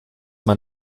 mein